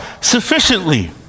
sufficiently